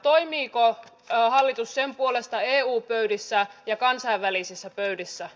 toimiiko hallitus sen puolesta eu pöydissä ja kansainvälisissä pöydissä